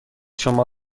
شما